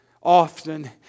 often